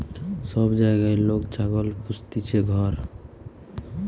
সব জাগায় লোক ছাগল পুস্তিছে ঘর